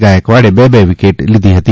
ગાયકવાડે બે બે વિકેટ લીધી હતી